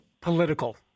political